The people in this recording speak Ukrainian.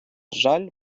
жаль